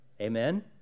Amen